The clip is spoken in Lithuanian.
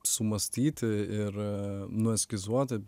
sumąstyti ir nueskizuoti